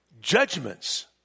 judgments